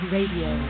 Radio